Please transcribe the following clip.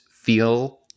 feel